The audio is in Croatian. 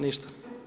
Ništa.